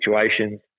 situations